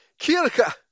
Kirka